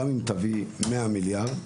גם אם תביא מאה מיליארד,